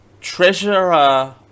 treasurer